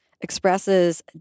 expresses